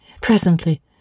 Presently